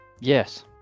Yes